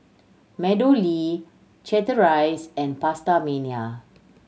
MeadowLea Chateraise and PastaMania